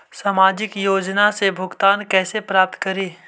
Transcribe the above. सामाजिक योजना से भुगतान कैसे प्राप्त करी?